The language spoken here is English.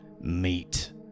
Meet